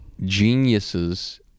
Geniuses